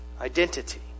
Identity